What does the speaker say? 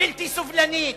בלתי סובלנית.